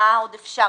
מה עוד אפשר?